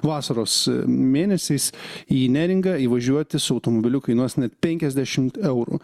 vasaros mėnesiais į neringą įvažiuoti su automobiliu kainuos net penkiasdešimt eurų